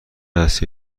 است